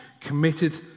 Committed